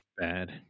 bad